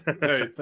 Hey